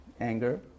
anger